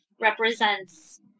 represents